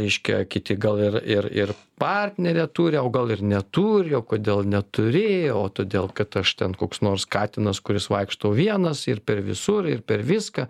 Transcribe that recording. reiškia kiti gal ir ir ir partnerę turi o gal ir neturi o kodėl neturėjo o todėl kad aš ten koks nors katinas kuris vaikšto vienas ir per visur ir per viską